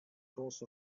caused